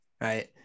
Right